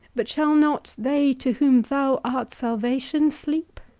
but shall not they to whom thou art salvation sleep?